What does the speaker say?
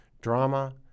drama